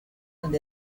and